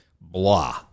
blah